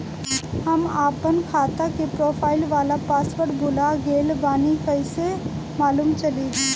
हम आपन खाता के प्रोफाइल वाला पासवर्ड भुला गेल बानी कइसे मालूम चली?